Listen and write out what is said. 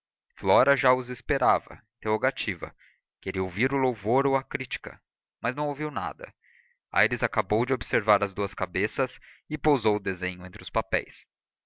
flora já os esperava interrogativa queria ouvir o louvor ou a crítica mas não ouviu nada aires acabou de observar as duas cabeças e pousou o desenho entre os papéis